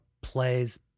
plays